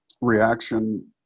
reaction